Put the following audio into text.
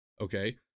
okay